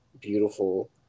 Beautiful